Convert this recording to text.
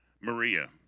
Maria